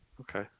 Okay